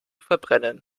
verbrennen